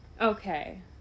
okay